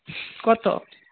কত